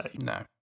No